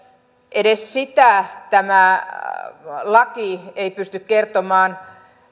edes sitä tämä laki ei pysty kertomaan